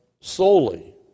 solely